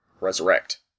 Resurrect